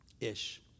Ish